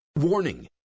warning